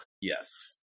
Yes